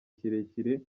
kirekire